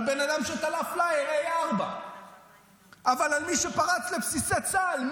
בן אדם שתלה פלייר 4A. אבל על מי שפרץ לבסיסי צה"ל,